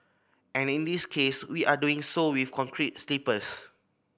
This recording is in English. and in this case we are doing so with concrete sleepers